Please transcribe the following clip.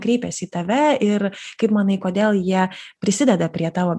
kreipiasi į tave ir kaip manai kodėl jie prisideda prie tavo